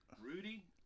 Rudy